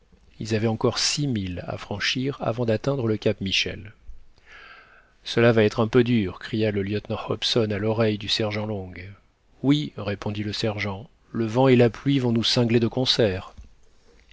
ils avaient encore six milles à franchir avant d'atteindre le cap michel cela va être un peu dur cria le lieutenant hobson à l'oreille du sergent long oui répondit le sergent le vent et la pluie vont nous cingler de concert